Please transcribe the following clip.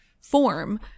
form